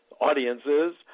audiences